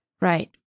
Right